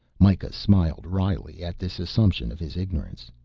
mikah smiled wryly at this assumption of his ignorance.